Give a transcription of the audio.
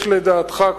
לדעתך,